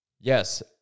Yes